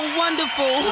wonderful